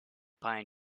pine